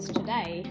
today